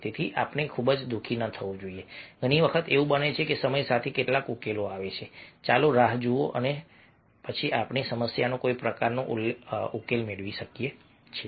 તેથી આપણે ખૂબ દુઃખી ન થવું જોઈએ ઘણી વખત એવું બને છે કે સમય સાથે કેટલાક ઉકેલો આવે છે ચાલો રાહ જુઓ અને જુઓ અને પછી આપણે સમસ્યાનો કોઈ પ્રકારનો ઉકેલ મેળવી શકીએ છીએ